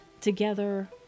together